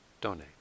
donate